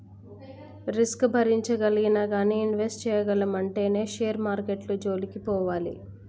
risk భరించగలిగినా గానీ invest చేయగలము అంటేనే షేర్ మార్కెట్టు జోలికి పోవాలి